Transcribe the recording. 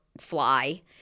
fly